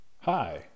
Hi